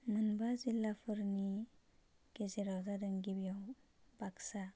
मोनबा जिल्लाफोरनि गेजेराव जादों गिबियाव बाक्सा